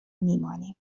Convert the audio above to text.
میمانیم